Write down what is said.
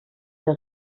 der